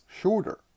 shorter